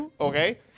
Okay